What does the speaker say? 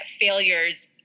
failures